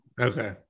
Okay